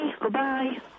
Goodbye